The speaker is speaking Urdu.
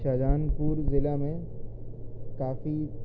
شاہجہان پور ضلع میں کافی